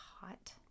hot